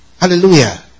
Hallelujah